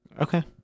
Okay